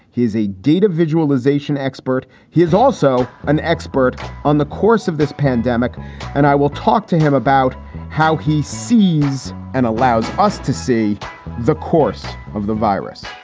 he's a data visualization expert. he is also an expert on the course of this pandemic and i will talk to him about how he sees and allows us to see the course of the virus